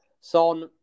Son